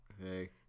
Hey